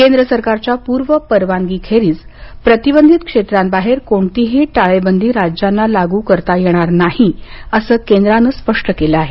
केंद्र सरकारच्या पूर्व परवानगीखेरीज प्रतिबंधित क्षेत्रांबाहेर कोणतीही टाळेबंदी राज्यांना लागू करता येणार नाही असं केंद्रानं स्पष्ट केलं आहे